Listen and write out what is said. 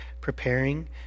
preparing